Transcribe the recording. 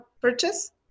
purchase